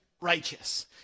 righteous